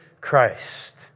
Christ